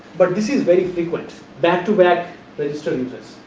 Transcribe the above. but this is very frequent back to back register uses.